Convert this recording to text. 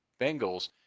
Bengals